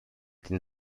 den